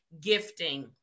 gifting